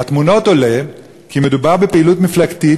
מהתמונות עולה כי מדובר בפעילות מפלגתית